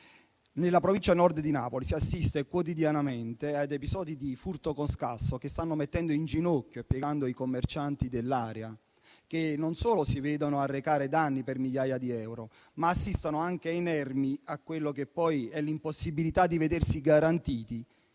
della Provincia di Napoli si assiste quotidianamente a episodi di furto con scasso che stanno mettendo in ginocchio e piegando i commercianti dell'area, che non solo si vedono arrecare danni per migliaia di euro, ma assistono anche inermi all'impossibilità di avere garantite